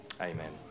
Amen